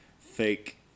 fake